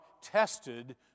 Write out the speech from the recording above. tested